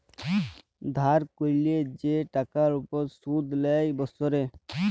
ধার ক্যরলে যে টাকার উপর শুধ লেই বসরে